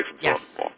Yes